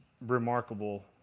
remarkable